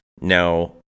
Now